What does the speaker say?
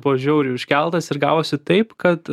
buvo žiauriai užkeltas ir gavosi taip kad